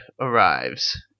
arrives